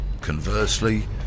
Conversely